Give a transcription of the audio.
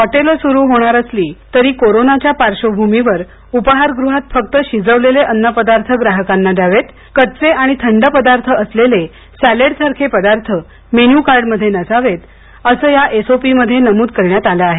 हॉटेलं सुरू होणार असली तरी कोरोनाच्या पार्श्वभूमीवर उपहारगृहात फक्त शिजवलेले अन्नपदार्थ ग्राहकांना द्यावेत कच्चे आणि थंड पदार्थ असलेले सॅलडसारखे पदार्थ मेन्यू कार्ड मध्ये नसावेत असं आज जारी केलेल्या एसओपी मध्ये नमूद करण्यात आलं आहे